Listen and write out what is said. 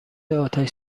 آتش